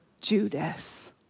Judas